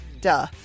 Duh